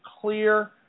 clear